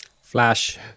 Flash